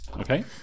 Okay